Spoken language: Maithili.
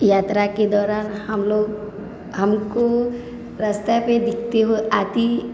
यात्राके दौरान हम लोग हमको रस्तेपर दिखते हुवे आती